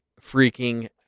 freaking